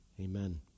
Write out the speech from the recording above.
amen